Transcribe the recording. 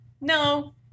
no